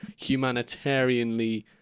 humanitarianly